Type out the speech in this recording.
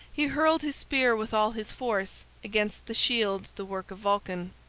he hurled his spear with all his force against the shield the work of vulcan.